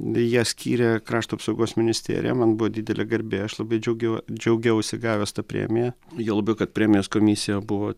ją skyrė krašto apsaugos ministerija man buvo didelė garbė aš labai džiaugiau džiaugiausi gavęs tą premiją juo labiau kad premijos komisija buvo